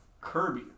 Kirby